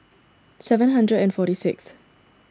seven hundred and forty sixth